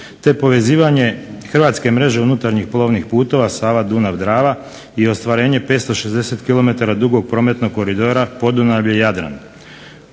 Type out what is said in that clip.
te povezivanje hrvatske mreže unutarnjih plovnih putova Sava-Dunav-Drava, i ostvarenjem 560 kilometara dugog prometnog koridora Podunavlje-Jadran,